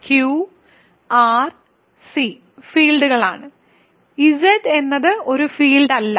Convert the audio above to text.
Q R C ഫീൽഡുകൾ ആണ് Z എന്നത് ഒരു ഫീൽഡ് അല്ല